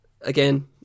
Again